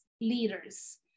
leaders